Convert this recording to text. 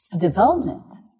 Development